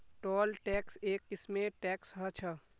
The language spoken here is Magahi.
टोल टैक्स एक किस्मेर टैक्स ह छः